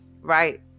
Right